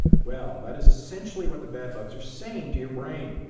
well, that is essentially what the bad bugs are saying to your brain,